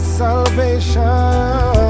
salvation